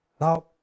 Now